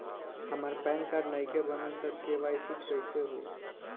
हमार PAN card नईखे बनल त के.वाइ.सी कइसे होई?